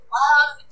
love